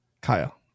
Kyle